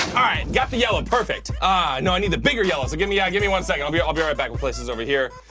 alright got the yellow perfect i ah know i need the bigger yellow so give me i give me one second i'll be i'll be right back with places over here